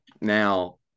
Now